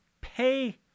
Pay